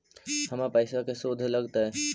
हमर पैसाबा के शुद्ध लगतै?